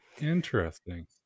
Interesting